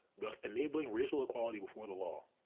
thus enabling racial equality before the law.